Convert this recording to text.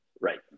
Right